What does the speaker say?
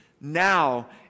Now